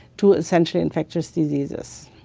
to essentially infectious diseases.